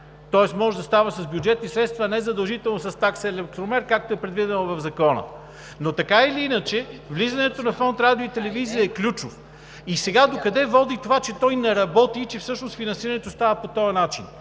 Тоест може да става с бюджетни средства, а не задължително с такса „електромер“, както е предвидено в Закона. Но така или иначе влизането на Фонд „Радио и телевизия“ е ключово. Докъде води това, че той не работи и че всъщност финансирането става по този начин?